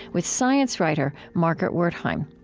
with science writer margaret wertheim.